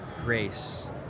grace